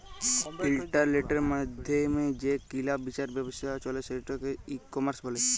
ইলটারলেটের মাইধ্যমে যে কিলা বিচার ব্যাবছা চলে সেটকে ই কমার্স ব্যলে